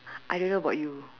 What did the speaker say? I don't know about you